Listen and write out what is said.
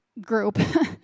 group